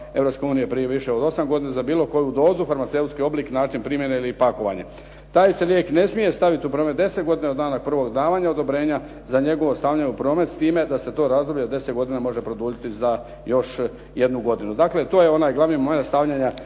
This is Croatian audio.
prije više od 8 godina za bilo koju dozu, farmaceutski oblik, način primjene ili pakovanje. Taj se lijek ne smije staviti u promet 10 godina od dana prvog davanja odobrenja za njegovo stavljanje u promet, s time da se to razdoblje od 10 godina može produljiti za još jednu godinu. Dakle, to je onaj glavni moment stavljanja